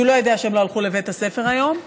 אז הוא לא יודע שהם לא הלכו לבית הספר היום.